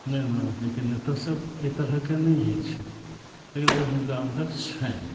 नहि ने जेकि ने तऽ सब एहि तरहके नहि होइ छै लेकिन ओ हुनका अन्दर छनि